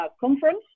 conference